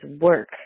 work